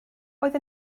oedd